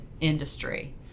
industry